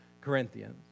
Corinthians